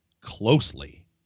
closely